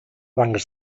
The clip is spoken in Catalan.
bancs